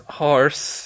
horse